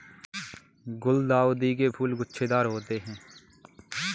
गुलदाउदी के फूल गुच्छेदार होते हैं